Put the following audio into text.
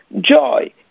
joy